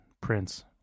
prince